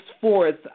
forth